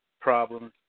problems